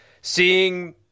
seeing